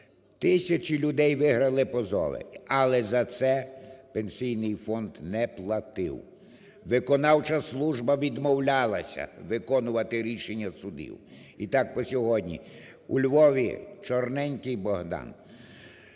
Тисячі людей виграли позови, але за це Пенсійний фонд не платив, виконавча служба відмовлялася виконувати рішення судів, і так по сьогодні. У Львові Чорненький Богдан